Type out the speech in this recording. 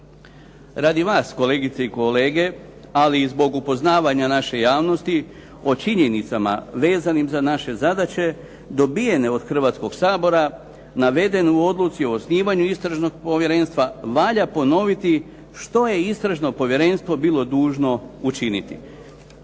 Radi vas kolegice i kolega, ali i zbog upoznavanja naše javnosti o činjenicama vezanim za naše zadaće, dobivene od Hrvatskog sabora, navedene u odluci o osnivanju Istražnog povjerenstva, valja ponoviti što je Istražno povjerenstvo bilo dužno učiniti.